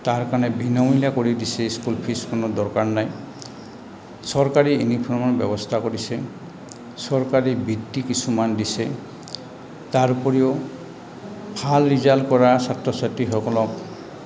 তাৰ কাৰণে বিনমূলীয়া কৰি দিছে স্কুল ফিজ কোনো দৰকাৰ নাই চৰকাৰী ইউনিফৰ্মৰ ব্যৱস্থা কৰিছে চৰকাৰী বৃত্তি কিছুমান দিছে তাৰ উপৰিও ভাল ৰিজাল্ট কৰা ছাত্ৰ ছাত্ৰীসকলক